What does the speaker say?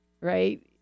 Right